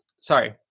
sorry